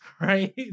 Right